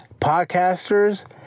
podcasters